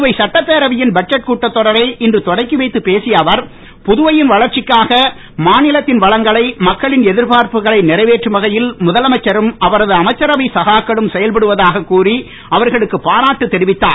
புதுவை சட்டப்பேரவையின் பட்ஜெட் கூட்டத்தொடரை இன்று தொடக்கி வைத்து பேசிய அவர் புதுவையின் வளர்ச்சிக்காக மாநிலத்தின் வளங்களை மக்களின் எதிர்பார்ப்புகளை நிறைவேற்றும் வகையில் முதலமைச்சரும் அவரது அமைச்சரவை சகாக்களும் செயல்படுவதாக கூறி அவர்களுக்கு பாராட்டு தெரிவித்தார்